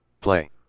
Play